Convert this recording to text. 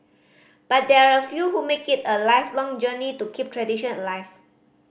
but there are a few who make it a lifelong journey to keep tradition alive